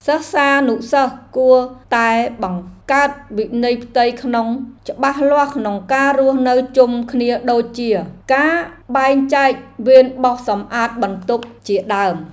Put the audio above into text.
សិស្សានុសិស្សគួរតែបង្កើតវិន័យផ្ទៃក្នុងច្បាស់លាស់ក្នុងការរស់នៅជុំគ្នាដូចជា ការបែងចែកវេនបោសសម្អាតបន្ទប់ជាដើម។